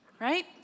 right